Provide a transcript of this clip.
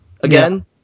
again